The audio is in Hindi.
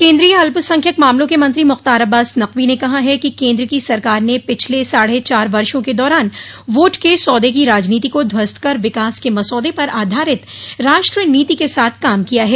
केन्द्रीय अल्पसंख्यक मामलों के मंत्री मुख्तार अब्बास नकवी ने कहा है कि केन्द्र की सरकार ने पिछले साढ़े चार वर्षो के दौरान वोट के सौदे की राजनीति को ध्वस्त कर विकास के मसौदे पर आधारित राष्ट्रनीति के साथ काम किया है